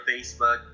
Facebook